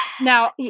Now